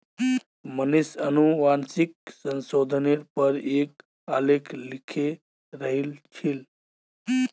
मनीष अनुवांशिक संशोधनेर पर एक आलेख लिखे रहिल छील